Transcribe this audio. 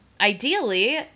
ideally